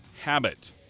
habit